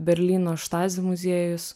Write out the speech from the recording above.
berlyno štazi muziejus